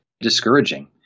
discouraging